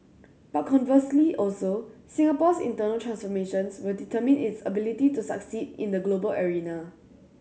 but conversely also Singapore's internal transformations will determine its ability to succeed in the global arena